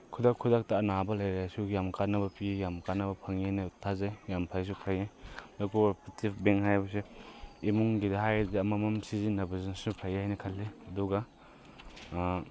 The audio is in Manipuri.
ꯈꯨꯗꯛ ꯈꯨꯗꯛꯇ ꯑꯅꯥꯕ ꯂꯩꯔꯁꯨ ꯌꯥꯝ ꯀꯥꯟꯕ ꯄꯤ ꯌꯥꯝ ꯀꯥꯟꯅꯕ ꯐꯪꯏꯅ ꯊꯥꯖꯩ ꯌꯥꯝ ꯐꯁꯨ ꯐꯩ ꯑꯗꯣ ꯀꯣ ꯑꯣꯄꯔꯦꯇꯤꯕ ꯕꯦꯡꯛ ꯍꯥꯏꯕꯁꯦ ꯏꯃꯨꯡꯒꯤꯗ ꯍꯥꯏꯔꯗꯤ ꯑꯃꯃꯝ ꯁꯤꯖꯤꯟꯅꯕꯁꯨ ꯐꯩ ꯍꯥꯏꯅ ꯈꯜꯂꯤ ꯑꯗꯨꯒ